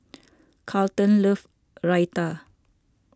Carlton loves Raita